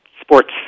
sports